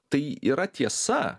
tai yra tiesa